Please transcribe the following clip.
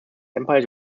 empire